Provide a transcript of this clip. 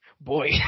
Boy